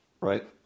right